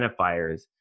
identifiers